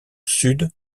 sud